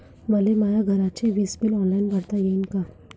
मले माया घरचे विज बिल ऑनलाईन भरता येईन का?